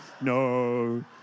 no